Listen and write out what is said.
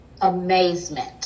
amazement